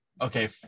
okay